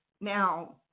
Now